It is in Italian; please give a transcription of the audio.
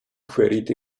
ferito